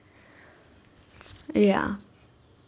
ya